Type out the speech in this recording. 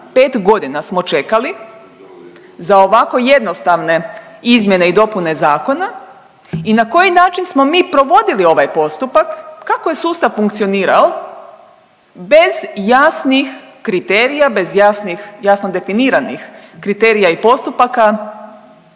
5 godina smo čekali za ovako jednostavne izmjene i dopune zakona i na koji način smo mi provodili ovaj postupak, kako je sustav funkcionirao bez jasnih kriterija, bez jasnih, jasno definiranih kriterija i postupaka,